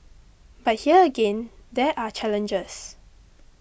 but here again there are challenges